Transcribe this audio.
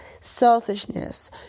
Selfishness